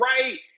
right